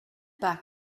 back